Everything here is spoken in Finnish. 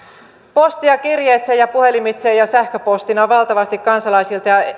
postia kirjeitse ja puhelimitse ja sähköpostina valtavasti kansalaisilta